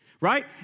Right